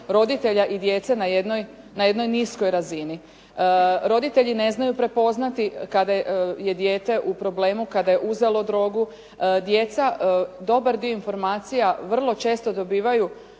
roditelja i djece na jednoj niskoj razini. Roditelji ne znaju prepoznati kada je dijete u problemu, kada je uzelo drogu. Djeca dobar dio informacija vrlo često dobivaju